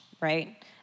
right